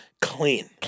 Clean